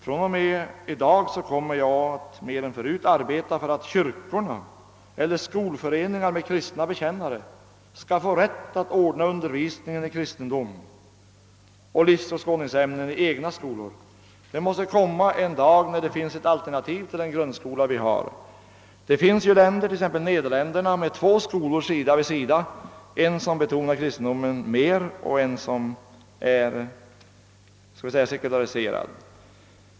Från och med i dag kommer jag att mer än förut arbeta för att kyrkorna eller skolföreningar med kristna bekännare skall få rätt att ordna undervisning i kristendom och livsåskådningsämnen i egna skolor. Det måste komma en dag då det finns ett alternativ till den grundskola vi har. Det finns ju länder, t.ex. Nederländerna, som har två skolor sida vid sida, en som betonar kristendomen mer och en som är, skall vi säga sekulariserad.